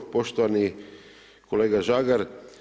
Poštovani kolega Žagar.